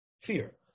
Fear